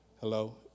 Hello